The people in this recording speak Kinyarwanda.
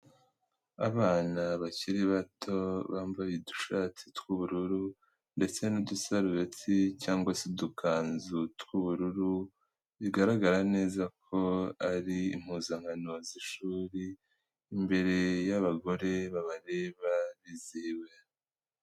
Abana bakiri bato bambaye udushati tw'ubururu ndetse n'udusarubeti cyangwa se udukanzu tw'ubururu, bigaragara neza ko ari impuzankano z'ishuri, imbere y'abagore babareba bizihiwehiwe.